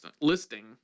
listing